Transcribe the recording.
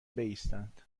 بایستند